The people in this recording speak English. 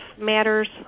matters